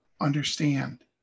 understand